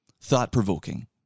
thought-provoking